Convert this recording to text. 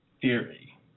theory